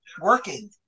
working